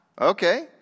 Okay